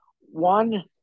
one